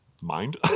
mind